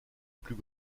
plus